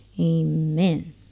Amen